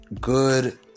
good